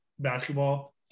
basketball